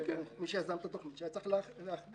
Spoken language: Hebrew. מי שיזם את התכנית היה צריך להכווין